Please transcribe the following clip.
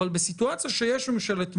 אבל בסיטואציה שיש ממשלת מעבר,